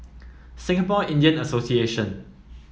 Singapore Indian Association